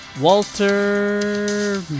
walter